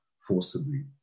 forcibly